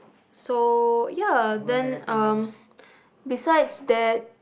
so ya then um besides that